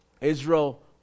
Israel